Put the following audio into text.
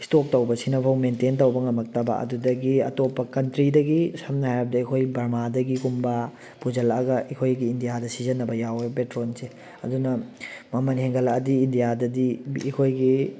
stock ꯇꯧꯕꯁꯤꯅꯐꯧ maintain ꯇꯧꯕ ꯉꯝꯃꯛꯇꯕ ꯑꯗꯨꯗꯒꯤ ꯑꯇꯣꯞꯄ ꯀꯟꯇ꯭ꯔꯤꯗꯒꯤ ꯁꯝꯅ ꯍꯥꯏꯔꯕꯗ ꯑꯩꯈꯣꯏ ꯕꯥꯔꯃꯗꯒꯤꯒꯨꯝꯕ ꯄꯨꯁꯜꯂꯛꯑꯒ ꯑꯩꯈꯣꯏꯒꯤ ꯏꯟꯗꯤꯌꯥꯗ ꯁꯤꯖꯟꯅꯕ ꯌꯥꯎꯋꯦ ꯄꯦꯇ꯭ꯔꯣꯜꯁꯦ ꯑꯗꯨꯅ ꯃꯃꯜ ꯍꯦꯟꯒꯠꯂꯛꯑꯗꯤ ꯏꯟꯗꯤꯌꯥꯗꯗꯤ ꯑꯩꯈꯣꯏꯒꯤ